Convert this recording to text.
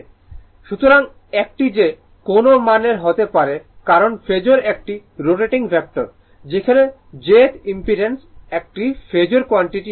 সুতরাং এটি যে কোনও মান এর হতে পারে কারণ ফেজোর একটি রোটেটিং ভেক্টর যেখানে jth ইম্পিডেন্স একটি ফেজোর কোয়ান্টিটি নয়